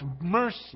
mercy